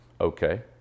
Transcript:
Okay